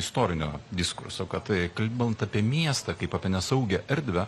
istorinio diskurso kad kalbant apie miestą kaip apie nesaugią erdvę